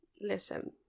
Listen